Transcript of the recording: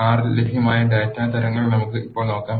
R ൽ ലഭ്യമായ data തരങ്ങൾ നമുക്ക് ഇപ്പോൾ നോക്കാം